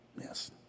Yes